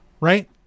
right